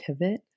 pivot